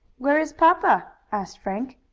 where is papa? asked frank.